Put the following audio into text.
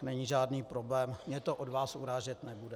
Není žádný problém, mě to od vás urážet nebude.